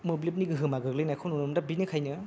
मोब्लिबनि गोहोमा गोग्लैनायखौ नुनो मोन्दों बिनिखायनो